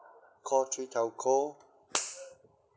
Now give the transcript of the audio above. call three telco